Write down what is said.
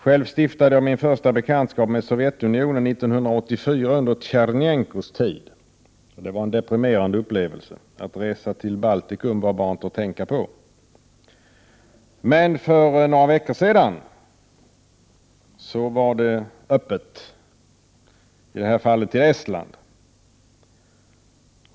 Själv stiftade jag min första bekantskap med Sovjetunionen 1984 under Tjernenkovs tid. Det var en deprimerande upplevelse. Att resa till Baltikum var bara inte att tänka på. Men för några veckor sedan var det öppet, i det här fallet till Estland.